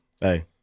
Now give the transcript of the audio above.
Hey